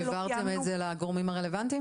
העברתם את זה לגורמים הרלוונטיים?